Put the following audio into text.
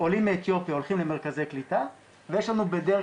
עולים מאתיופיה הולכים למרכזי קליטה ויש לנו בדרך